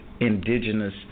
indigenous